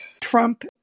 Trump